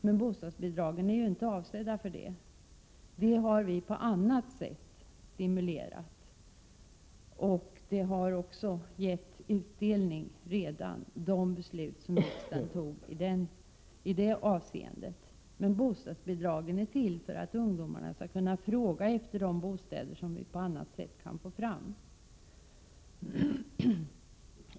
Nej, bostadsbidragen är inte avsedda för att skapa lägenheter. Vi har på annat sätt stimulerat byggandet av ungdomsbostäder. De beslut som riksdagen fattat i det avseendet har redan gett utdelning. Men bostadsbidraget är till för att ungdomarna skall kunna efterfråga de bostäder som vi på annat sätt får fram.